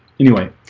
anyway